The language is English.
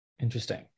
Interesting